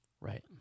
Right